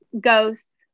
ghosts